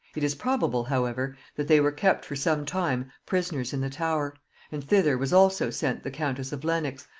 it is probable, however, that they were kept for some time prisoners in the tower and thither was also sent the countess of lenox,